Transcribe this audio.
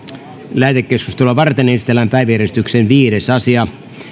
lähetekeskustelua varten esitellään päiväjärjestyksen viides asia